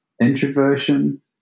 introversion